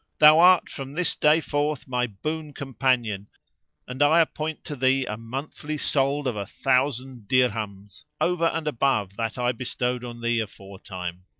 thou art from this day forth my boon-companion and i appoint to thee a monthly solde of a thousand dirhams, over and above that i bestowed on thee aforetime.